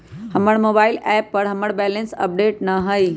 हमर mobile app पर हमर बैलेंस अपडेट न हई